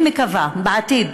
ואני מקווה שבעתיד,